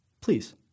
please